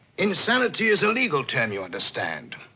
insanity is a legal term, you understand.